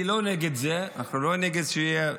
אני לא נגד זה, אנחנו לא נגד זה שרופאים